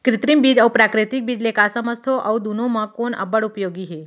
कृत्रिम बीज अऊ प्राकृतिक बीज ले का समझथो अऊ दुनो म कोन अब्बड़ उपयोगी हे?